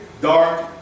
dark